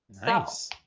Nice